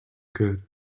good